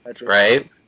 Right